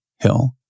Hill